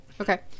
Okay